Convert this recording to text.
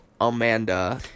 Amanda